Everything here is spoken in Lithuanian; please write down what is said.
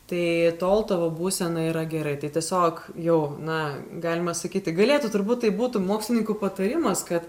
tai tol tavo būsena yra gerai tai tiesiog jau na galima sakyti galėtų turbūt tai būtų mokslininkų patarimas kad